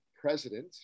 president